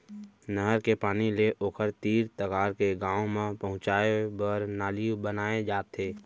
नहर के पानी ले ओखर तीर तखार के गाँव म पहुंचाए बर नाली बनाए जाथे